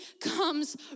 comes